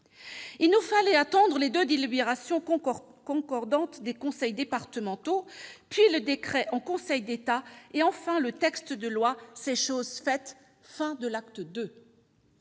Il nous fallait attendre les deux délibérations concordantes des conseils départementaux, puis le décret en Conseil d'État, et enfin le texte de loi ; c'est chose faite. Fin de l'acte II.